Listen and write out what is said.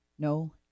No